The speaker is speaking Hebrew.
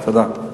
תודה.